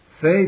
faith